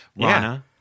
Rana